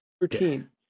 thirteen